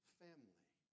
family